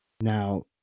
Now